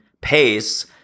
pace